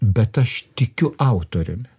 bet aš tikiu autoriumi